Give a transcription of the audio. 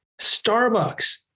Starbucks